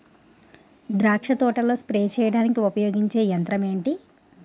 ద్రాక్ష తోటలో స్ప్రే చేయడానికి ఉపయోగించే యంత్రం ఎంటి?